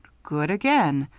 good again!